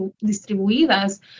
distribuidas